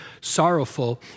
sorrowful